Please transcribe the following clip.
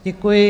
Děkuji.